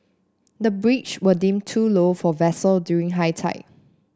the bridge were deemed too low for vessel during high tide